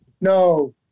No